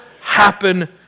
happen